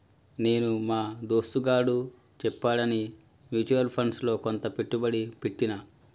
నేను మా దోస్తుగాడు చెప్పాడని మ్యూచువల్ ఫండ్స్ లో కొంత పెట్టుబడి పెట్టిన